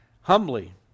humbly